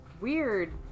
weird